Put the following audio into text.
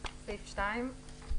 נעבור לסעיף 2 בלבד.